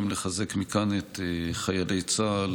גם לחזק מכאן את חיילי צה"ל,